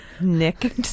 Nick